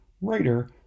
writer